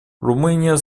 румыния